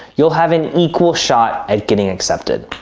you'll have an equal shot at getting accepted.